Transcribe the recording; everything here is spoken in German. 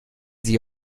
sie